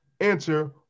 answer